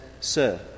sir